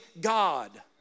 God